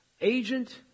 agent